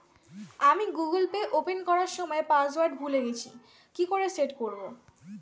আমি Google Pay open করার সময় পাসওয়ার্ড ভুলে গেছি কি করে সেট করব?